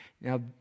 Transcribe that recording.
now